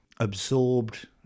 absorbed